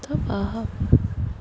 tak faham